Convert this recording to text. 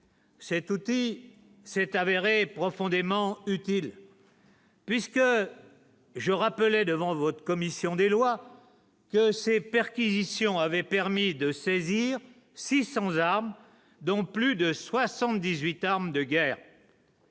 Cet outil s'est avéré profondément utile. Puisque je rappelais devant votre commission des lois, ces perquisitions avaient permis de saisir 600 armes dont plus de 78 armes de guerre.